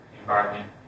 environment